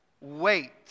wait